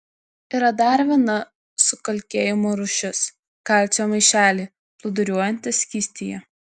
yra dar viena sukalkėjimo rūšis kalcio maišeliai plūduriuojantys skystyje